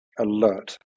alert